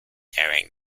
during